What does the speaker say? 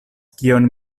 kion